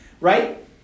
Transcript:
right